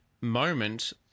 moment